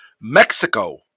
Mexico